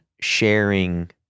sharing